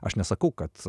aš nesakau kad